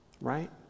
right